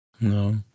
No